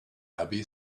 abby